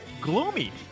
gloomy